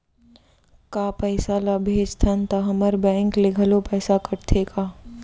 का पइसा ला भेजथन त हमर बैंक ले घलो पइसा कटथे का?